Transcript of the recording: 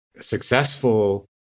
successful